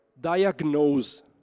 diagnose